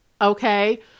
okay